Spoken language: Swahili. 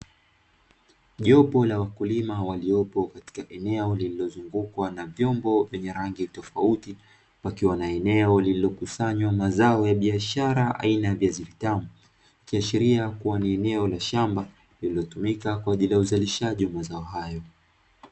jopo la wakulima waliopo katika eneo lililozungukwa na vyombo vyenye rangi tofauti, wakiwa na eneo lililokusanywa mazao ya biashara aina ya hospitali kiashiria kuwa ni eneo la shamba linatumika kwa ajili ya uzalishaji wa mapambano.